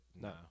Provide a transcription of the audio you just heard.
no